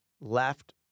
left